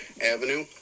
Avenue